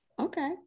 Okay